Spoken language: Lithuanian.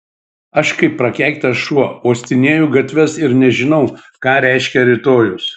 aš kaip prakeiktas šuo uostinėju gatves ir nežinau ką reiškia rytojus